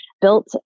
built